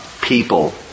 people